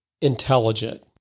intelligent